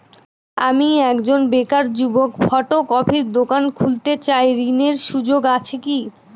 আমি একজন বেকার যুবক ফটোকপির দোকান করতে চাই ঋণের সুযোগ আছে কি?